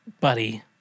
Buddy